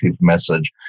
message